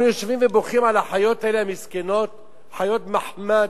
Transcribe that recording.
אנחנו יושבים ובוכים על החיות המסכנות, חיות מחמד,